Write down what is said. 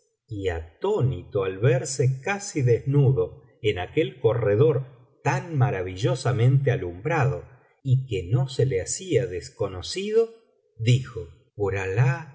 y atónito al verse casi desnudo en aquel corredor tan maravillosamente alumbrado y que no se le hacia desconocido dijo por alah